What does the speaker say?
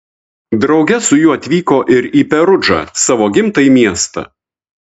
drauge su juo atvyko ir į perudžą savo gimtąjį miestą